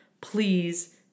please